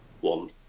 one